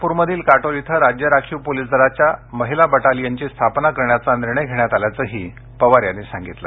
नागप्रमधील काटोल इथं राज्य राखीव पोलीस दलाच्या महिला बटालियनची स्थापना करण्याचा निर्णय घेण्यात आल्याचंही पवार यांनी सांगितलं